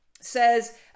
says